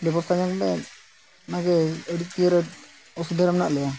ᱵᱮᱵᱚᱥᱛᱟ ᱧᱚᱜ ᱢᱮ ᱚᱱᱟᱜᱮ ᱟᱹᱰᱤ ᱤᱭᱟᱹᱨᱮ ᱚᱥᱩᱵᱤᱫᱷᱟ ᱨᱮ ᱢᱮᱱᱟᱜ ᱞᱮᱭᱟ